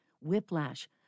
whiplash